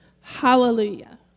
Hallelujah